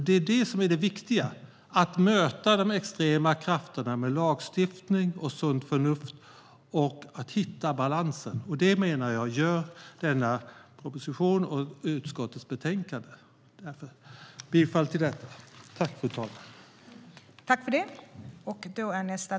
Det är det här som är det viktiga - att möta de extrema krafterna med lagstiftning och sunt förnuft och att hitta balansen. Det menar jag att denna proposition och utskottets betänkande gör. Jag yrkar bifall till utskottets förslag i betänkandet.